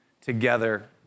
together